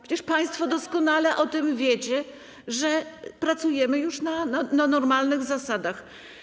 Przecież państwo doskonale o tym wiecie, że pracujemy już na normalnych zasadach.